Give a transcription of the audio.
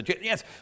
yes